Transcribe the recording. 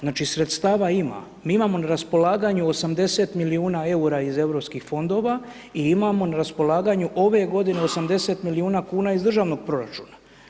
Znači sredstava ima, mi imamo na raspolaganju 80 milijuna eura iz europskih fondova i imamo na raspolaganju ove godine, 80 milijuna kuna iz državnog proračuna.